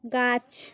গাছ